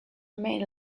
remain